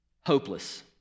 hopeless